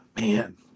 man